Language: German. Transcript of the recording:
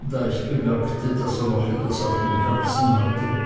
da ich bemerkte daß er noch etwas auf dem herzen hatte